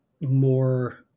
more